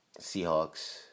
Seahawks